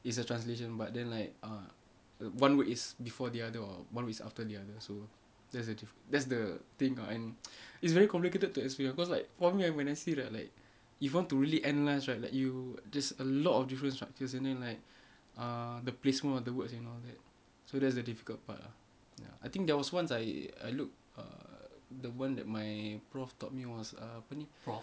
it's a translation but then like err one word is before the other or one word is after the other so that's the di~ that's the thing and it's very complicated to explain cause like for me when I see the like if you want to really analyse right like you there's a lot of different structures and then like err the placement of the words and all that so that's the difficult part ah ya I think there was once I I look err the one that my prof taught me was err apa ni